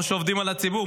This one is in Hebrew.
או שעובדים על הציבור,